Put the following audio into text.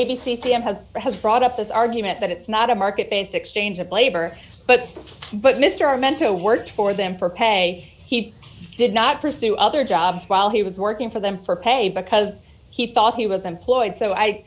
pm has has brought up this argument that it's not a market based exchange of labor but but mr are meant to work for them for pay he did not pursue other jobs while he was working for them for pay because he thought he was employed so i